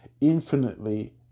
infinitely